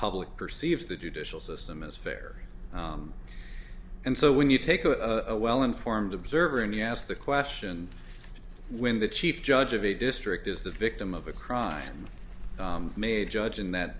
public perceives the judicial system is fair and so when you take a well informed observer and you ask the question when the chief judge of a district is the victim of a crime may judge in that